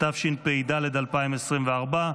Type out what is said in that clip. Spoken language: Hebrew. התשפ"ג 2023,